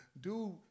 dude